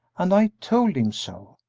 and i told him so.